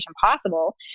possible